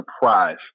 surprise